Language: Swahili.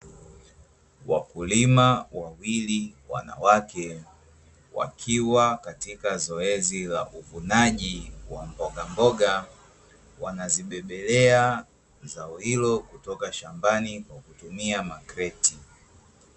Wakulima wawili wanawake wakiwa katikati ya zoezi la uvunaji wa mbogamboga, anabebelea zao hilo kutoka shambani kwa kutumia makreti.